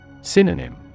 Synonym